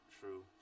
true